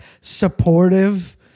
supportive